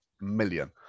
million